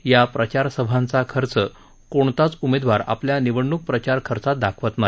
या प्रचार सभांचा खर्च कोणताच उमेदवार आपल्या निवडण़क प्रचार खर्चात दाखवत नाही